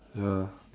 ya